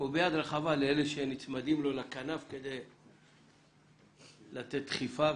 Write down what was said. וביד רחבה לאלה שנצמדים לו לכנף כדי לתת דחיפה.